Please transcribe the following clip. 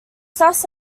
thus